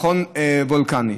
מכון וולקני.